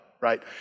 right